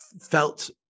felt